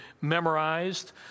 memorized